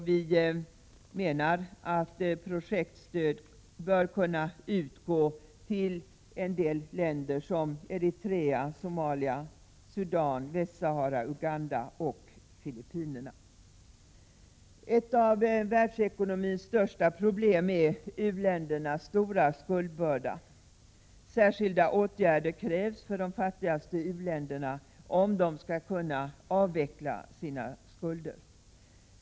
Vi menar att projektstöd bör kunna utgå till länder som Eritrea, Somalia, Sudan, Västsahara, Uganda och Filippinerna. Ett av världsekonomins största problem är u-ländernas stora skuldbörda. Särskilda åtgärder krävs för de fattigaste u-länderna, om dessa skall kunna avveckla sina skulder.